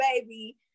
baby